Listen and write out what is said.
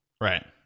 Right